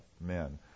men